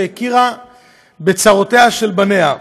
שהכירה בצרותיהם של בניה.